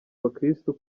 abakirisitu